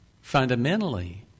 fundamentally